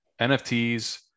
NFTs